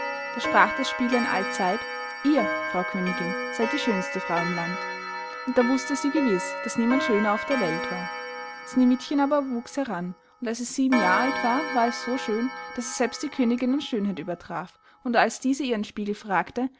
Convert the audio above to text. da sprach das spieglein allzeit ihr frau königin seyd die schönste frau im land und da wußte sie gewiß daß niemand schöner auf der welt war sneewittchen aber wuchs heran und als es sieben jahr alt war war es so schön daß es selbst die königin an schönheit übertraf und als diese ihren spiegel fragte